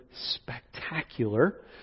spectacular